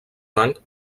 banc